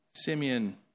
Simeon